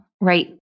right